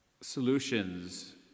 solutions